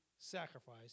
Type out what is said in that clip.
sacrifice